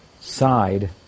side